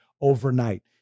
overnight